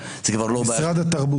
זה כבר לא בעיה --- משרד התרבות.